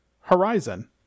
Horizon